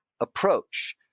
approach